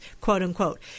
quote-unquote